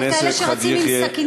על אלה שרצים עם סכינים?